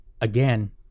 again